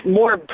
more